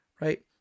Right